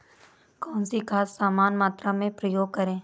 कौन सी खाद समान मात्रा में प्रयोग करें?